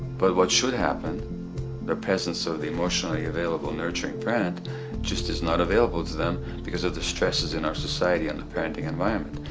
but what should happen the presence of the emotionally available nurturing parent just is not available to them because of the stresses in our society and the parenting environment.